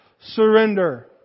surrender